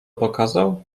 pokazał